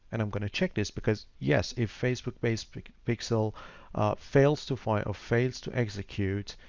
and i'm going to check this because yes, if facebook base pixel pixel fails to fire or fails to execute,